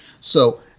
So-